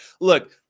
Look